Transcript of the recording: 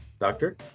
doctor